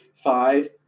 Five